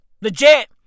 Legit